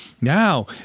Now